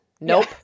Nope